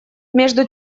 между